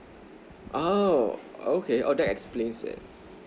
oh okay oh that's explains it